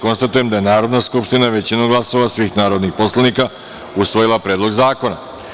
Konstatujem da je Narodna skupština većinom glasova svih narodnih poslanika usvojila Predlog zakona.